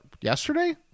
yesterday